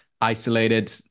isolated